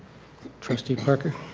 trustee parker?